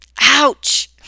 Ouch